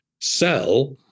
sell